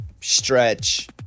stretch